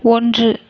ஒன்று